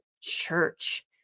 church